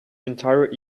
entire